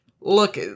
Look